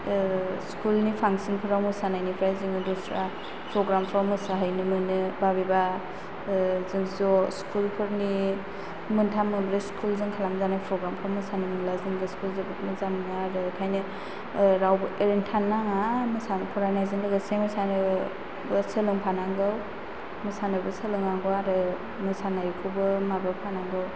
school नि फांसनफ्राव मोसानायनिफ्राय जोङो दस्रा प्रग्रामफ्राव मोसाहैनो मोनो माबेबा जों ज' स्कुलफोरनि मोनथाम मोनब्रै स्कुल जों खालामजानाय प्रग्रामफोराव मोसानो मोनब्ला जों गोसोखौ जोबोत मोजां मोनो आरो बेखायनो रावबो ओरैनो थानो नाङा मोसानाय फरायनायजों लोगोसे मोसानोबो सोलोंफानांगौ मोसानोबो सोलोंनांगौ आरो मोसानायखौबो माबाफानांगौ